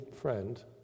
friend